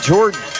Jordan